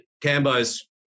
Cambo's